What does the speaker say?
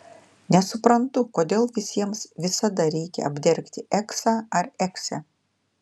nesuprantu kodėl visiems visada reikia apdergti eksą ar eksę